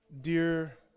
Dear